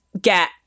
get